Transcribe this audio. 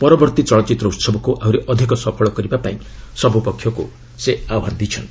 ପରବର୍ତ୍ତୀ ଚଳଚ୍ଚିତ୍ର ଉହବକୁ ଆହୁରି ଅଧିକ ସଫଳ କରିବା ପାଇଁ ସବ୍ ପକ୍ଷକ୍ ସେ ଆହ୍ବାନ ଦେଇଛନ୍ତି